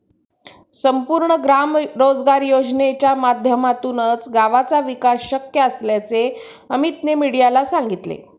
संपूर्ण ग्राम रोजगार योजनेच्या माध्यमातूनच गावाचा विकास शक्य असल्याचे अमीतने मीडियाला सांगितले